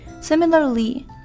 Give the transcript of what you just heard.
Similarly